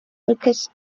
lucas